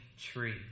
tree